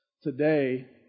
today